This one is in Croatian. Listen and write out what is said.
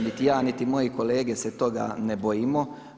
Niti ja, niti moji kolege se toga ne bojimo.